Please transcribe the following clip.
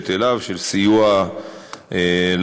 לגשת אליו, לסיוע לעמותות.